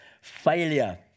failure